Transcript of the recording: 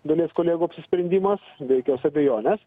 dalies kolegų apsisprendimas be jokios abejonės